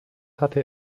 hatte